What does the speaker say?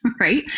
right